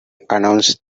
announced